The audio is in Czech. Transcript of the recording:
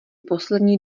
poslední